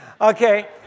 Okay